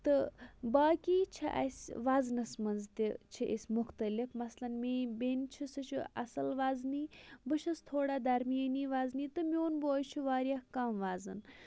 تہٕ باقٕے چھِ اَسہِ وَزنَس مَنٛز تہِ چھِ أسۍ مُختلِف مَثلاً میٛٲنۍ بیٚنہِ چھِ سُہ سُہ چھُ اصٕل وَزنی بہٕ چھَس تھوڑا درمیٛٲنی وَزنی تہٕ میٛون بوٚے چھُ واریاہ کم وَزَن